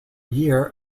year